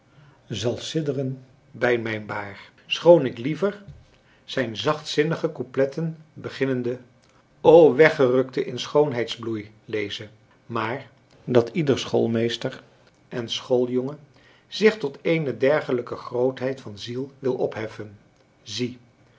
zal siddren bij mijn baar schoon ik liever zijn zachtzinnige coupletten beginnende o weggerukte in schoonheids bloei leze maar dat ieder schoolmeester en schooljongen zich tot eene dergelijke grootheid van ziel wil opheffen zie dat